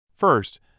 First